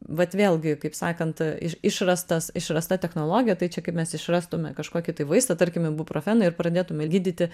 vat vėlgi kaip sakant iš išrastas išrasta technologija tai čia kaip mes išrastume kažkokį tai vaistą tarkim ibuprofeną ir pradėtume gydyti